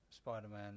Spider-Man